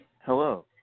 Hello